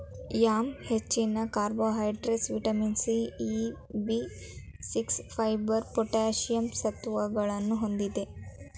yam ಹೆಚ್ಚಿನ carbohydrates, vitamin C, E, B six, fibre, potassium ಸತ್ವಗಳನ್ನು ಹೊಂದಿದೆ